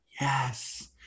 Yes